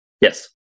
Yes